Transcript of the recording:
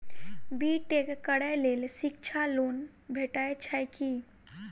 B tech करै लेल शिक्षा लोन भेटय छै की?